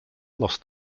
lost